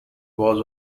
was